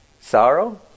Sorrow